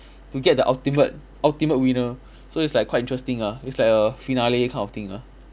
to get the ultimate ultimate winner so it's like quite interesting ah it's like a finale kind of thing ah